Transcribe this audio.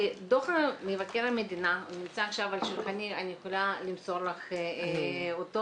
בדוח מבקר המדינה שנמצא עכשיו על שולחני אני יכולה למסור לך אותו,